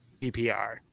ppr